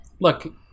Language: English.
Look